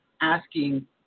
asking